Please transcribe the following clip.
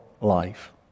life